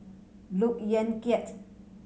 Look Yan Kit